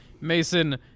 Mason